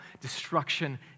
destruction